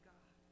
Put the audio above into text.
God